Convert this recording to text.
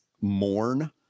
mourn